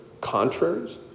contraries